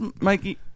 Mikey